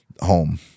home